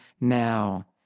now